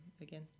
again